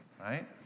right